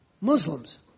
Muslims